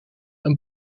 een